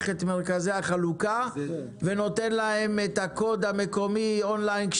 את מרכזי החלוקה ונותן להם את הקוד המקומי און-ליין.